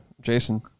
Jason